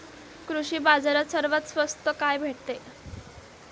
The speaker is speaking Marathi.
कृषी बाजारात सर्वात स्वस्त काय भेटते?